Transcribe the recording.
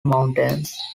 mountains